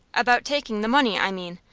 about taking the money, i mean.